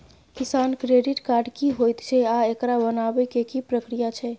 किसान credit card की होयत छै आ एकरा बनाबै के की प्रक्रिया छै?